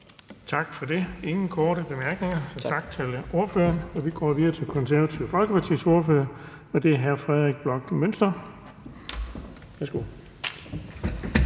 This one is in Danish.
Der er ingen korte bemærkninger. Vi går videre til Det Konservative Folkepartis ordfører, og det er hr. Frederik Bloch Münster. Værsgo.